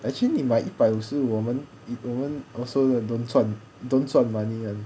actually 你买一百五十五我们我们 don't also don't 赚 money [one]